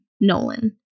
Nolan